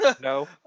No